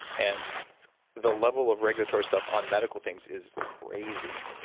and the level of regulatory stuff on medical things is crazy.